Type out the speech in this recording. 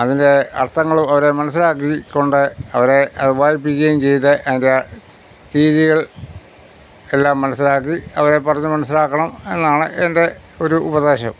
അതിന്റെ അർത്ഥങ്ങളോ ഒരോ മനസ്സിലാക്കിക്കൊണ്ട് അവരെ അത് വായിപ്പിക്കുകയും ചെയ്ത് അതിന്റെ രീതികൾ എല്ലാം മനസ്സിലാക്കി അവരെ പറഞ്ഞു മനസ്സിലാക്കണം എന്നാണ് എന്റെ ഒരു ഉപദേശം